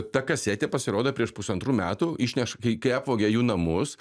ta kasetė pasirodo prieš pusantrų metų išneš kai kai apvogė jų namus